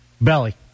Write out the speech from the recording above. belly